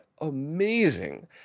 amazing